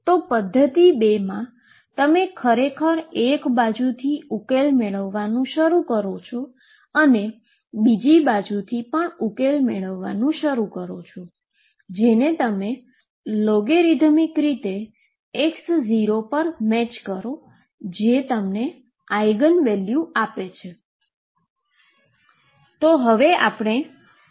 તો પદ્ધતિ 2 માં તમે ખરેખર એક બાજુથી ઉકેલ મેળવવાનુ શરૂ કરો છો અને તમે બીજી બાજુથી થી પણ ઉકેલ મેળવવાનુ શરૂ કરો છો જેને તમે લોગેરીધમીક રીતે x0 પર મેચ કરો જે તમને આઈગન વેલ્યુ આપે છે